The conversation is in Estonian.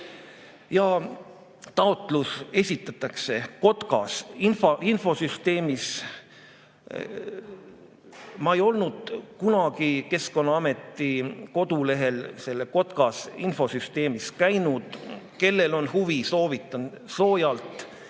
Taotlus esitatakse infosüsteemis KOTKAS. Ma ei olnud kunagi Keskkonnaameti kodulehel selles infosüsteemis käinud. Kellel on huvi, soovitan soojalt.